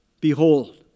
Behold